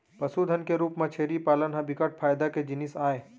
पसुधन के रूप म छेरी पालन ह बिकट फायदा के जिनिस आय